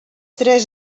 tres